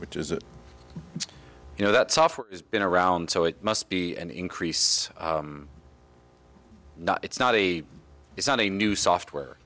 which is you know that software has been around so it must be an increase it's not a it's not a new software